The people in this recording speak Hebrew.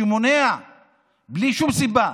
שמונע בלי שום סיבה.